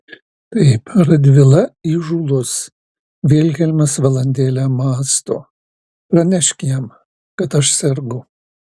taip radvila įžūlus vilhelmas valandėlę mąsto pranešk jam kad aš sergu